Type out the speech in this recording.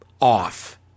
off